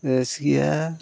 ᱵᱮᱥ ᱜᱮᱭᱟ